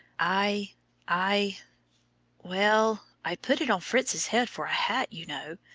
i i well, i put it on fritz's head for a hat, you know.